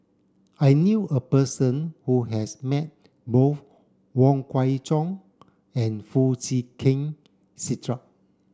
I knew a person who has met both Wong Kwei Cheong and Foo Chee Keng Cedric